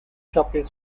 shopping